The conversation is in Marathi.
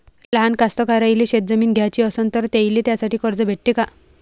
लहान कास्तकाराइले शेतजमीन घ्याची असन तर त्याईले त्यासाठी कर्ज भेटते का?